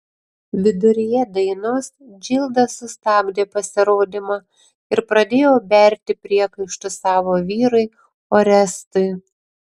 viduryje dainos džilda sustabdė pasirodymą ir pradėjo berti priekaištus savo vyrui orestui